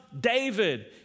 David